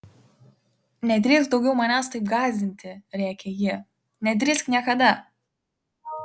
nedrįsk daugiau manęs taip gąsdinti rėkė ji nedrįsk niekada